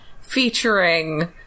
featuring